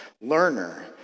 learner